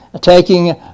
taking